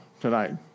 tonight